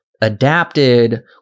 adapted